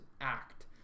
Act